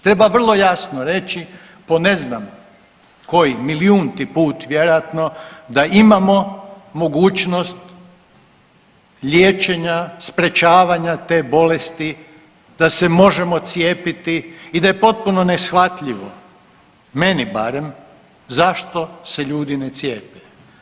Treba vrlo jasno reći po ne zna koji milijunti put vjerojatno da imamo mogućnost liječenja, sprečavanja te bolesti, da se možemo cijepiti i da je potpuno neshvatljivo meni barem zašto se ljudi ne cijepe.